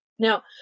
Now